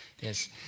yes